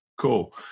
Cool